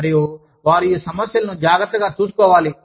మరియు వారు ఈ సమస్యలను జాగ్రత్తగా చూసుకోవాలి